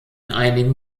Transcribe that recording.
einigen